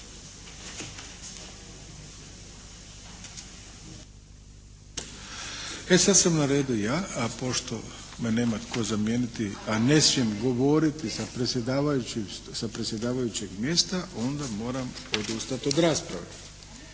E sad sam na redu ja, a pošto me nema tko zamijeniti, a ne smijem govoriti sa predsjedavajućeg mjesta onda moram odustati od rasprave.